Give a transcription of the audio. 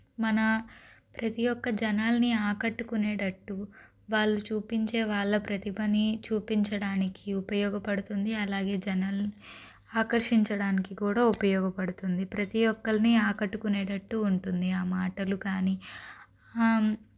మన ప్రతి ఒక్క జనాల్ని ఆకట్టుకునేటట్టు వాళ్ళు చూపించే వాళ్ళ ప్రతిభని చూపించడానికి ఉపయోగపడుతుంది అలాగే జనాలు ఆకర్షించడానికి కూడా ఉపయోగపడుతుంది ప్రతి ఒక్కరినీ ఆకట్టుకునేటట్టు ఉంటుంది ఆ మాటలు కానీ